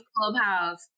Clubhouse